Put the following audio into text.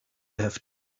have